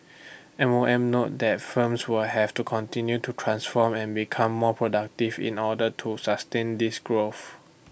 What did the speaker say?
M O M note that firms will have to continue to transform and become more productive in order to sustain this growth